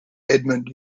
edmund